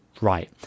right